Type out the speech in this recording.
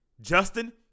Justin